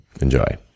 Enjoy